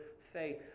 faith